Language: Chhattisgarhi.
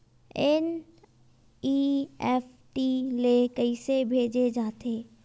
एन.ई.एफ.टी ले कइसे भेजे जाथे?